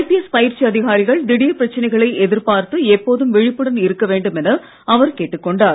IPS பயிற்சி அதிகாரிகள் திடீர் பிரச்சனைகளை எதிர்பார்த்து எப்போதும் விழிப்புடன் இருக்க வேண்டுமென அவர் கேட்டுக் கொண்டார்